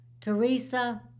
Teresa